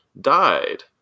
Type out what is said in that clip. died